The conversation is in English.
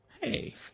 Hey